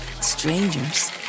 strangers